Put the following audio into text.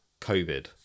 covid